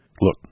Look